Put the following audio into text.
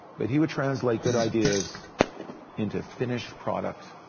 but he would translate good ideas into a finished product,